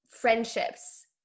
friendships